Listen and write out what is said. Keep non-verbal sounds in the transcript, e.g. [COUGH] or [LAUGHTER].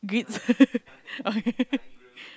grids [LAUGHS]